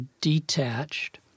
detached